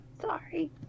Sorry